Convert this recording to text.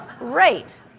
Right